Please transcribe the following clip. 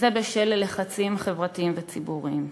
וזה בשל לחצים חברתיים וציבוריים.